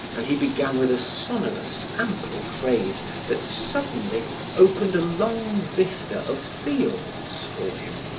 and he began with a sonorous, ample phrase that suddenly opened a long vista of fields for him.